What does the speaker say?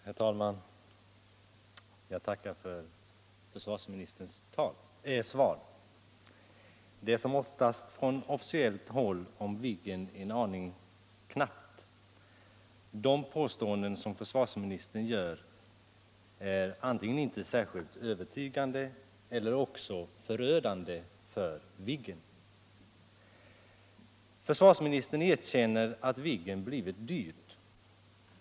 Herr talman! Jag tackar för försvarsministerns svar på min interpellation. De besked som lämnas från officiellt håll om Viggen är en aning knappa. De påståenden som försvarsministern gör är antingen inte särskilt övertygande eller också förödande för Viggen. Försvarsministern erkänner att Viggen blivit dyr.